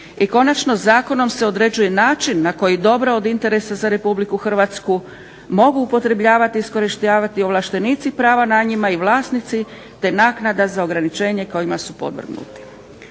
I konačno, zakonom se određuje način na koji dobra od interesa za Republiku Hrvatsku mogu upotrebljavati i iskorištavati ovlaštenici prava na njima i vlasnici te naknade za ograničenje kojima su podvrgnuti.